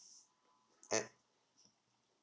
and